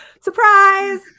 surprise